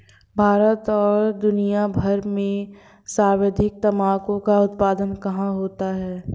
भारत और दुनिया भर में सर्वाधिक तंबाकू का उत्पादन कहां होता है?